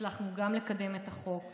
הצלחנו גם לקדם את החוק,